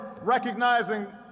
recognizing